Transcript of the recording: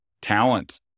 talent